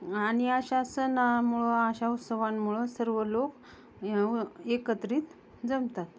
आणि अशा सणामुळं अशा उत्सवांमुळं सर्व लोक एकत्रित जमतात